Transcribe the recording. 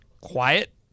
quiet